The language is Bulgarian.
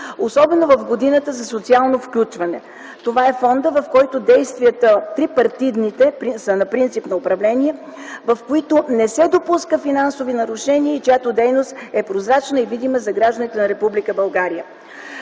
особено в Годината за социално включване. Това е фондът, в който трипартитните действия са принцип на управление, в които не се допускат финансови нарушения, чиято дейност е прозрачна за гражданите на